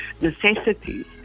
necessities